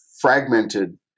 fragmented